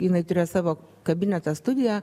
jinai turėjo savo kabinete studiją